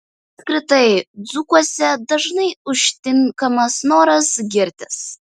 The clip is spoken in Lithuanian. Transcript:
apskritai dzūkuose dažnai užtinkamas noras girtis